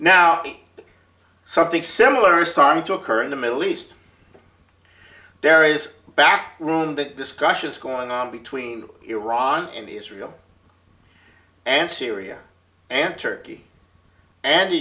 now something similar is starting to occur in the middle east there is back room that discussion is going on between iran and israel and syria and turkey and the